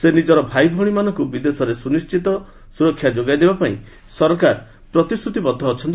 ସେ କହିଛନ୍ତି ନିଜର ଭାଇଭଉଣୀମାନଙ୍କୁ ବିଦେଶରେ ସୁନିଶ୍ଚିତ ସୁରକ୍ଷା ଯୋଗାଇ ଦେବା ପାଇଁ ସରକାର ପ୍ରତିବଦ୍ଧ ଅଛନ୍ତି